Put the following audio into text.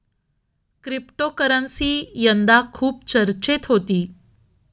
cryptocurrency यंदा खूप चर्चेत होती